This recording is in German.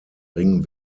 ring